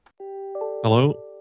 Hello